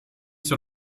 sur